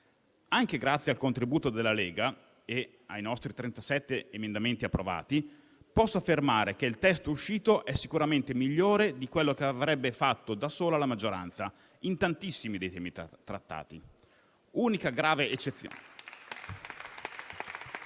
Anche grazie al contributo della Lega e ai nostri 37 emendamenti approvati, posso affermare che il testo uscito è sicuramente migliore di quello che avrebbe fatto da sola la maggioranza in tantissimi dei temi trattati. Unica grave eccezione